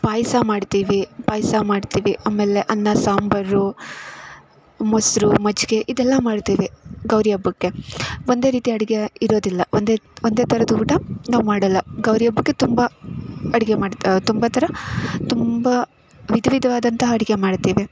ಪಾಯಸ ಮಾಡ್ತೀವಿ ಪಾಯಸ ಮಾಡ್ತೀವಿ ಆಮೇಲೆ ಅನ್ನ ಸಾಂಬಾರು ಮೊಸರು ಮಜ್ಜಿಗೆ ಇದೆಲ್ಲ ಮಾಡ್ತೀವಿ ಗೌರಿ ಹಬ್ಬಕ್ಕೆ ಒಂದೇ ರೀತಿ ಅಡುಗೆ ಇರೋದಿಲ್ಲ ಒಂದೇ ಒಂದೇ ಥರದ್ದು ಊಟ ನಾವು ಮಾಡೋಲ್ಲ ಗೌರಿ ಹಬ್ಬಕ್ಕೆ ತುಂಬ ಅಡುಗೆ ಮಾಡ್ತಾ ತುಂಬ ಥರ ತುಂಬ ವಿಧ ವಿಧವಾದಂಥ ಅಡುಗೆ ಮಾಡ್ತೀವಿ